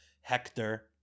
Hector